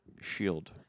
Shield